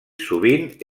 sovint